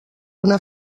una